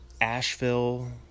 Asheville